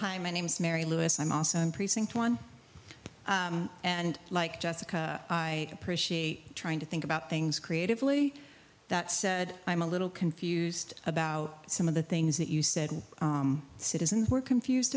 hi my name's mary lewis i'm also in precinct one and like jessica i appreciate trying to think about things creatively that said i'm a little confused about some of the things that you said citizens were confused